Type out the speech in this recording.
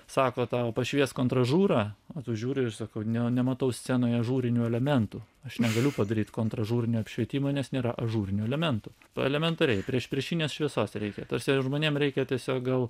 sako tau pašviesk kontražūrą o tu žiūri ir sakau ne nematau scenoje ažūrinių elementų aš negaliu padaryt kontražūrinio apšvietimo nes nėra ažūrinių elementų to elementariai priešpriešinės šviesos reikia tarsi žmonėms reikia tiesiog gal